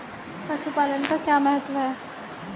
पशुपालन का क्या महत्व है?